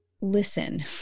listen